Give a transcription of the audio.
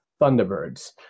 Thunderbirds